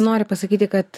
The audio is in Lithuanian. nori pasakyti kad